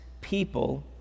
people